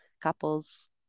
couples